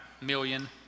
million